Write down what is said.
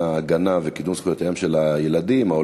ההגנה על זכויותיהם של הילדים וקידומן,